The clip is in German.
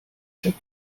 check